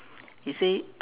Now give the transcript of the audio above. he say